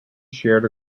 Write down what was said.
shared